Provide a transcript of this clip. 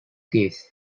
case